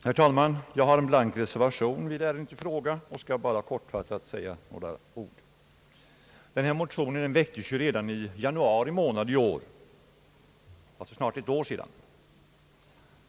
Herr talman! Jag har en blank reservation i denna fråga och skall bara kortfattat säga några ord. Dessa motio ner väcktes redan i januari i år, alltså för snart ett år sedan.